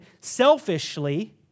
selfishly